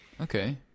okay